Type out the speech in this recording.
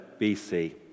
BC